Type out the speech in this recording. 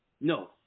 No